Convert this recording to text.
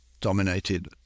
dominated